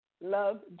love